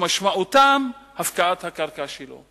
שמשמעותם הפקעת הקרקע שלו.